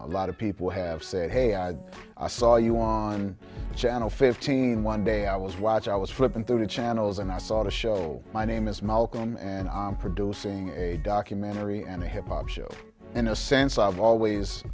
a lot of people have said hey i saw you on channel fifteen one day i was watching i was flipping through the channels and i saw the show my name is malcolm and i am producing a documentary and a hip hop show in a sense i've always